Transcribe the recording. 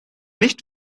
nicht